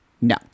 No